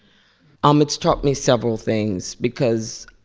um it's taught me several things because,